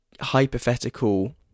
hypothetical